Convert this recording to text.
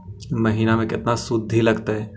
महिना में केतना शुद्ध लगतै?